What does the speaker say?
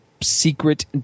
secret